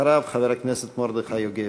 אחריו, חבר הכנסת מרדכי יוגב.